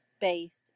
based